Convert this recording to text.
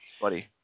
Buddy